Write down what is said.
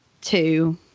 two